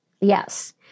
Yes